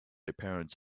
appearance